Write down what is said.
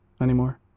anymore